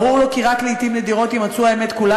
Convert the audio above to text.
ברור הוא כי רק לעתים נדירות יימצאו האמת כולה